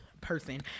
person